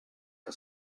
que